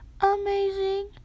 amazing